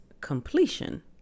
completion